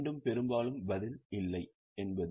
மீண்டும் பெரும்பாலும் பதில் இல்லை என்பது